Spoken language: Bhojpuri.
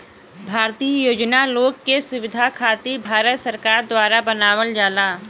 भारतीय योजना लोग के सुविधा खातिर भारत सरकार द्वारा बनावल जाला